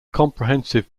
comprehensive